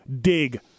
dig